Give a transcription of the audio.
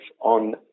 on